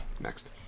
Next